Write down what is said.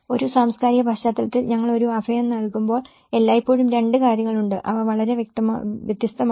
ഒരു സാംസ്കാരിക പശ്ചാത്തലത്തിൽ ഞങ്ങൾ ഒരു അഭയം നൽകുമ്പോൾ എല്ലായ്പ്പോഴും രണ്ട് കാര്യങ്ങൾ ഉണ്ട് അവ വളരെ വ്യത്യസ്തമാണ്